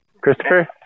Christopher